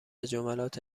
جملات